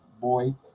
boy